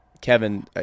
Kevin